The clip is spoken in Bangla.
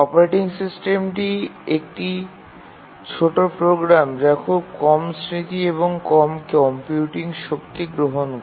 অপারেটিং সিস্টেমটি একটি ছোট প্রোগ্রাম যা খুব কম স্মৃতি এবং কম কম্পিউটিং শক্তি গ্রহণ করে